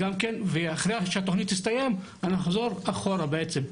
אחרי שהתוכנית תסתיים, בעצם נחזור אחורה.